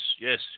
yes